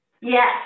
yes